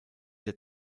der